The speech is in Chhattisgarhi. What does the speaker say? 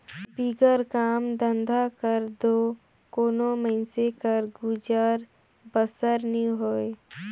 बिगर काम धंधा कर दो कोनो मइनसे कर गुजर बसर नी होए